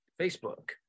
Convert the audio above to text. Facebook